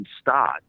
start